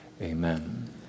Amen